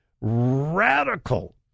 radical